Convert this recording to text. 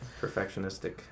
Perfectionistic